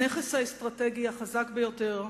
הנכס האסטרטגי החזק ביותר,